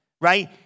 right